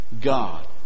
God